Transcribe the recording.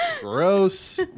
Gross